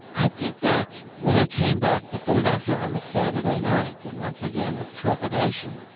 i did that when i came back to philadelphia on the saturday night and once again with trepidation.